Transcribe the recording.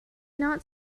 not